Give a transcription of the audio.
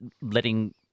letting